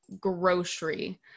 grocery